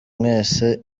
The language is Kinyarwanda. mwese